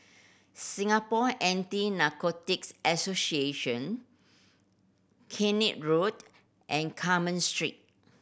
Singapore Anti Narcotics Association Keene Road and Carmen Street